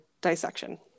dissection